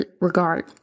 regard